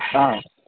ஆ